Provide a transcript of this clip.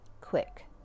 quick